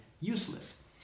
useless